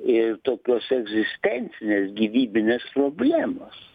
ir tokios egzistencinės gyvybinės problemos